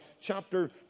Chapter